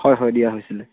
হয় হয় দিয়া হৈছিলে